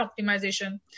optimization